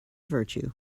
virtue